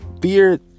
fear